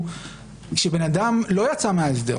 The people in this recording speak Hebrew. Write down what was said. הוא כשבן אדם לא יצא מההסדר.